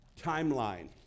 timeline